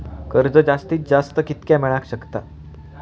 कर्ज जास्तीत जास्त कितक्या मेळाक शकता?